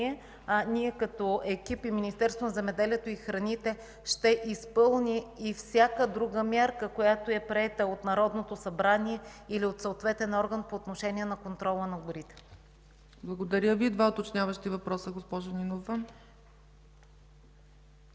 Ние като екип и Министерството на земеделието и храните ще изпълним и всяка друга мярка, приета от Народното събрание или от съответен орган по отношение на контрола на горите. ПРЕДСЕДАТЕЛ ЦЕЦКА ЦАЧЕВА: Благодаря Ви. Два уточняващи въпроса, госпожо Нинова.